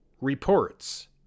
reports